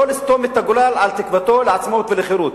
לא לסתום את הגולל על תקוותו לעצמאות ולחירות.